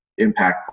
impactful